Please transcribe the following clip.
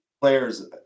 players